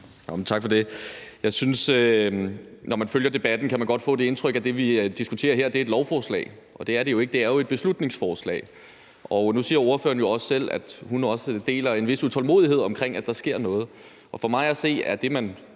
Tak for det. Jeg synes, at man, når man følger debatten, godt kan få det indtryk, at det, vi diskuterer her, er et lovforslag, og det er det jo ikke. Det er et beslutningsforslag. Nu siger ordføreren jo også selv, at hun også deler en vis utålmodighed omkring, at der skal ske noget. For mig at se er det, man